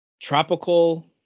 tropical